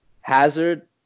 Hazard